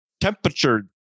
temperature